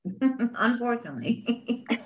Unfortunately